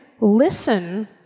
listen